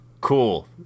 cool